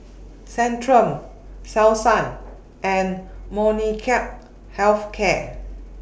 Centrum Selsun and Molnylcke Health Care